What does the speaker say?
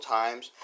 times